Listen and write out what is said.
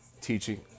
Teaching